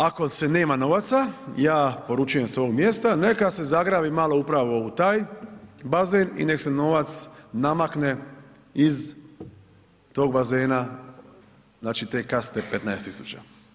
Ako se nema novaca ja poručujem s ovog mjesta neka se zagrabi malo upravo u taj bazen i nek se novac namakne iz tog bazena, znači te kaste 15.000.